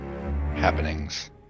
happenings